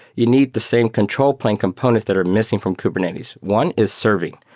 you need the same control plan components that are missing from kubernetes. one is serving.